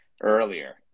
earlier